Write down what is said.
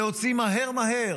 להוציא מהר מהר,